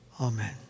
Amen